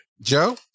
Joe